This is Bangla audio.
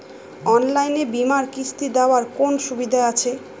অনলাইনে বীমার কিস্তি দেওয়ার কোন সুবিধে আছে?